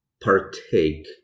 partake